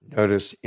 Notice